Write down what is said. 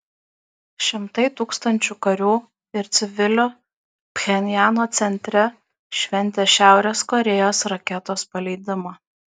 šimtai tūkstančių karių ir civilių pchenjano centre šventė šiaurės korėjos raketos paleidimą